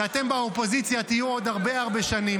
כי אתם תהיו באופוזיציה עוד הרבה הרבה שנים,